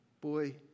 Boy